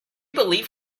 believe